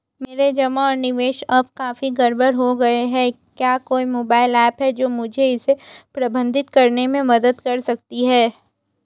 मेरे जमा और निवेश अब काफी गड़बड़ हो गए हैं क्या कोई मोबाइल ऐप है जो मुझे इसे प्रबंधित करने में मदद कर सकती है?